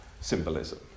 symbolism